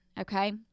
okay